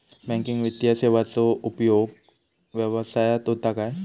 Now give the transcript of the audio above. Banking वित्तीय सेवाचो उपयोग व्यवसायात होता काय?